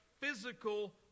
physical